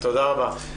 תודה רבה.